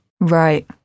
right